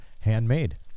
handmade